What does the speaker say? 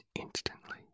instantly